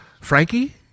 Frankie